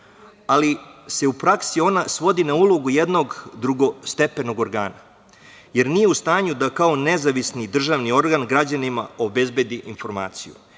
ali se u praksi ona svodi na ulogu jednog drugostepenog organa, jer nije u stanju da kao nezavisni državni organ građanima obezbedi informaciju.